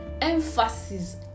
emphasis